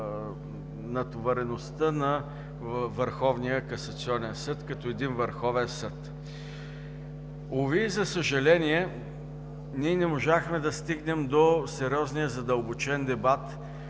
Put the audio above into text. натовареността на Върховния касационен съд като един върховен съд. Уви, за съжаление ние не можахме да стигнем до сериозния задълбочен дебат